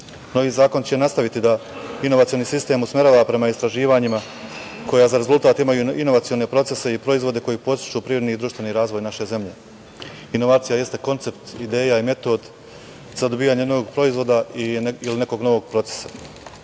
zakon će nastaviti da inovacioni sistem usmerava prema istraživanjima koja za rezultat imaju inovacione procese i proizvode koji podstiču privredni i društveni razvoj naše zemlje. Inovacija jeste koncept ideja i metod za dobijanje novog proizvoda ili nekog novog procesa. Porediti